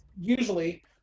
usually